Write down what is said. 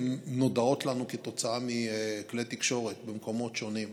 נודעות לנו כתוצאה מכלי תקשורת במקומות שונים,